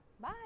Bye